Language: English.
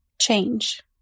Change